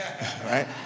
Right